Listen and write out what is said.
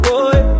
Boy